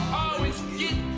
always get